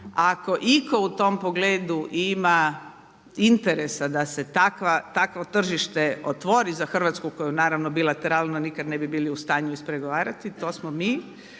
Ako itko u tom pogledu ima interesa da se takvo tržište otvori za Hrvatsku koju naravno bilateralno nikad ne bi bili u stanju ispregovarati to smo mi.